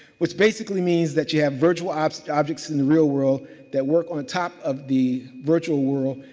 which basically means that you have virtual objects objects in the real world that work on top of the virtual world.